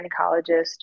gynecologist